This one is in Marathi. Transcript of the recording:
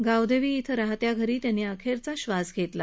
गावदेवी इथं राहत्या घरी त्यांनी अखेरचा श्वास घेतला